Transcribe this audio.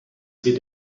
sie